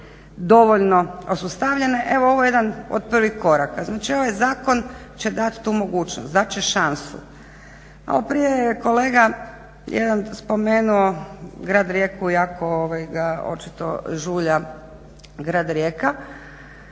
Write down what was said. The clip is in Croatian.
dovoljno osustavljene. Evo ovo je jedan od prvih koraka. Znači ovaj zakon će dati tu mogućnost, dat će šansu. Malo prije je kolega jedan spomenuo grad Rijeku i jako ga očito žulja grad Rijeka